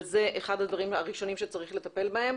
וזה אחד הדברים הראשונים שצריכים לטפל בהם.